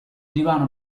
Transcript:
divano